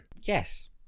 Yes